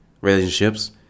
relationships